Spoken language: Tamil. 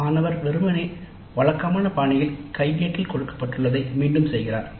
மாணவர் வெறுமனே வழக்கமான பாணியில் கையேட்டில் கொடுக்கப்பட்டுள்ளதை மீண்டும் செய்கிறார்